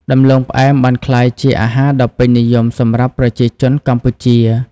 ដំឡូងផ្អែមបានក្លាយជាអាហារដ៏ពេញនិយមសម្រាប់ប្រជាជនកម្ពុជា។